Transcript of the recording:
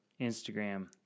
Instagram